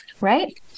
Right